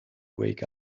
wake